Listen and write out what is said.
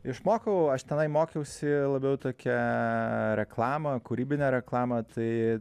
išmokau aš tenai mokiausi labiau tokią reklamą kūrybinę reklamą tai